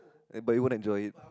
and but you won't enjoy it